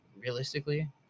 Realistically